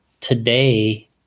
today